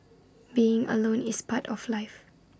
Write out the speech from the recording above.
being alone is part of life